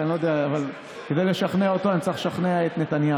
אבל כדי לשכנע אותו אני צריך לשכנע את נתניהו,